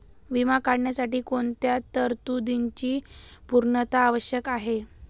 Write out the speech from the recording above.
विमा काढण्यासाठी कोणत्या तरतूदींची पूर्णता आवश्यक आहे?